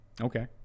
Okay